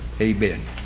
amen